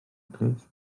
plîs